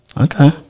Okay